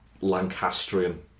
Lancastrian